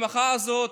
למחאה הזאת,